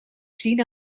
zien